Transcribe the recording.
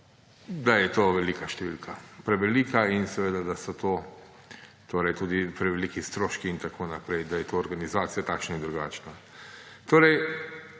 da je to velika številka. Prevelika. In seveda da so to torej tudi preveliki stroški, da je to organizacija takšna in drugačna. Potem